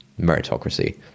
meritocracy